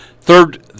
third